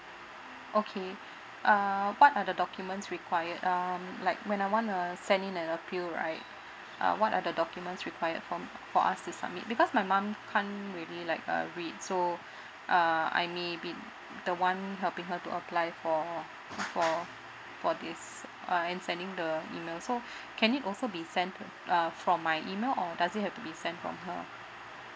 okay uh what are the documents required um like when I want err send in an appeal right uh what are the documents required from for us to submit because my mum can't really like uh read so uh I may be the one helping her to apply for for for this uh and sending the email so can it also be sent uh from my email or does it have to be sent from her